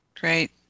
Great